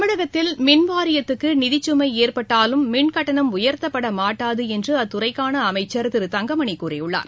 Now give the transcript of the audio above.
தமிழகத்தில் மின் வாரியத்துக்கு நிதிச்சுமை ஏற்பட்டாலும் மின் கட்டணம் உயர்த்தப்பட மாட்டாது என்று அத்துறைக்கான அமைச்சர் திரு தங்கமணி கூறியுள்ளார்